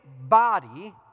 body